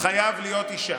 אסון.